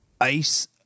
ice